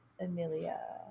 Amelia